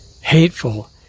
hateful